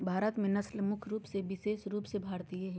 भारत में नस्ल मुख्य रूप से विशेष रूप से भारतीय हइ